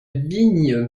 vigne